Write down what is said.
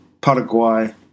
Paraguay